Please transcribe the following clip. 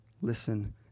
listen